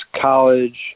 college